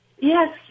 Yes